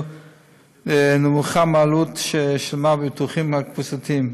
נמוכה מהעלות ששילמו בביטוחים הקבוצתיים,